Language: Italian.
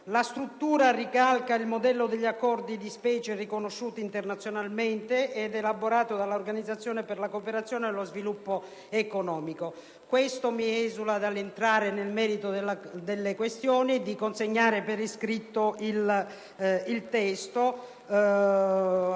La struttura ricalca il modello degli accordi di specie riconosciuti internazionalmente ed elaborati dall'Organizzazione per la cooperazione e lo sviluppo economico. Questo mi esula dall'entrare nel merito delle questioni e mi consente di rimettermi